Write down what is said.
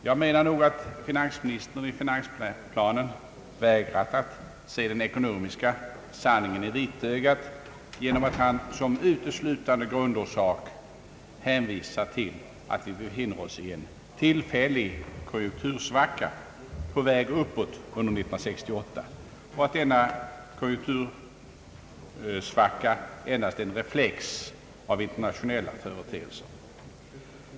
Jag anser nog att finansministern i finansplanen har vägrat att se den ekonomiska sanningen i vitögat genom att han såsom uteslutande grundorsak hänvisar till att vi befinner oss i en tillfällig konjunktursvacka på väg uppåt under år 1968 samt att denna konjunktursvacka endast är en reflex av internationella företeelser.